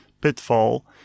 pitfall